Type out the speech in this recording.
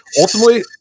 ultimately